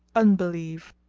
unbelieve.